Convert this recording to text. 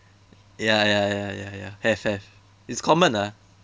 ya ya ya ya ya have have it's common ah